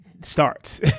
starts